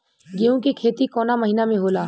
गेहूँ के खेती कवना महीना में होला?